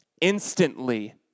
Instantly